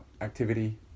activity